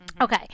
Okay